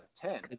ten